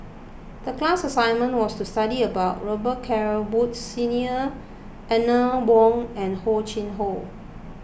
the class assignment was to study about Robet Carr Woods Senior Eleanor Wong and Hor Chim or